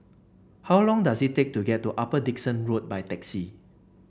how long does it take to get to Upper Dickson Road by taxi